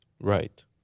Right